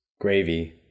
gravy